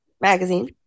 magazine